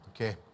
okay